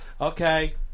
okay